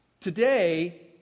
Today